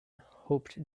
hoped